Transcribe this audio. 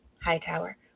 Hightower